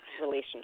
relationship